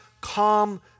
calm